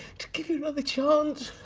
to give you another chance.